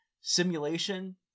simulation